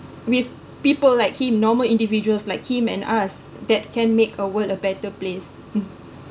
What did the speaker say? with people like him normal individuals like him and us that can make a world a better place